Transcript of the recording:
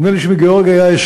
גאורגיה.